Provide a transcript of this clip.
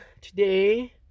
today